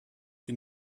die